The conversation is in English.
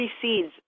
precedes